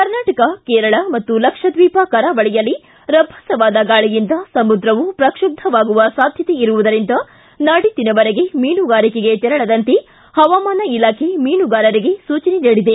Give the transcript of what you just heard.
ಕರ್ನಾಟಕ ಕೇರಳ ಮತ್ತು ಲಕ್ಷದ್ನೀಪ ಕರಾವಳಿಯಲ್ಲಿ ರಭಸವಾದ ಗಾಳಿಯಿಂದ ಸಮುದ್ರವು ಪ್ರಕ್ಷುಬ್ದವಾಗುವ ಸಾಧ್ಯತೆ ಇರುವುದರಿಂದ ನಾಡಿದ್ದಿನವರೆಗೆ ಮೀನುಗಾರಿಕೆಗೆ ತೆರಳದಂತೆ ಹವಾಮಾನ ಇಲಾಖೆ ಮೀನುಗಾರರಿಗೆ ಸೂಚನೆ ನೀಡಿದೆ